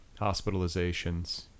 hospitalizations